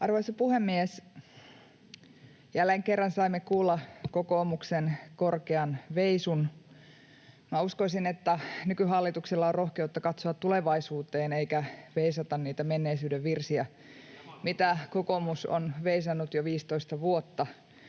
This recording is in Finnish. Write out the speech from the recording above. Arvoisa puhemies! Jälleen kerran saimme kuulla kokoomuksen korkean veisun. Minä uskoisin, että nykyhallituksella on rohkeutta katsoa tulevaisuuteen eikä veisata niitä menneisyyden virsiä, [Timo Heinonen: Ei kun